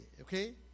okay